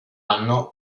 anno